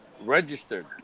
registered